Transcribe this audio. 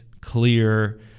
clear